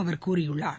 அவர் கூறியுள்ளார்